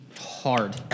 hard